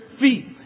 feet